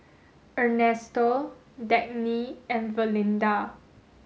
Ernesto Dagny and Valinda